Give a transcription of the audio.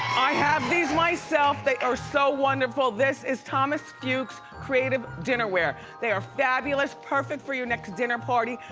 i have these myself. they are so wonderful. this is thomas fuch's creative dinnerware. they are fabulous, perfect for your next dinner party.